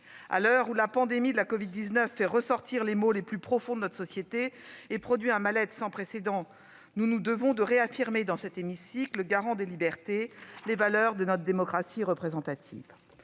À l'heure où la pandémie de la covid-19 fait ressortir les maux les plus profonds de notre société et génère un mal-être sans précédent, nous nous devons de réaffirmer au sein de cet hémicycle, garant des libertés, les valeurs de notre démocratie représentative.